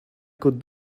could